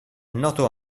noto